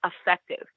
effective